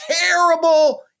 terrible